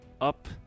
up